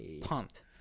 pumped